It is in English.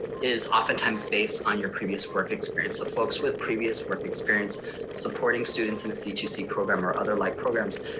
is oftentimes based on your previous work experience. so folks with previous work experience supporting students in the c two c program or other like programs,